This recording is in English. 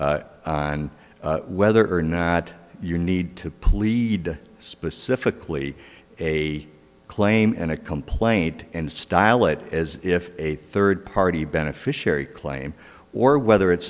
on whether or not you need to plead specifically a claim and a complaint and style it as if a third party beneficiary claim or whether it's